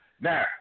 Now